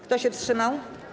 Kto się wstrzymał?